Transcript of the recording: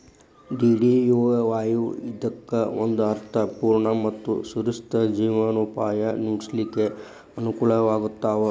DDUAY ಇದ್ದಿದ್ದಕ್ಕ ಒಂದ ಅರ್ಥ ಪೂರ್ಣ ಮತ್ತ ಸುಸ್ಥಿರ ಜೇವನೊಪಾಯ ನಡ್ಸ್ಲಿಕ್ಕೆ ಅನಕೂಲಗಳಾಗ್ತಾವ